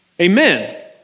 Amen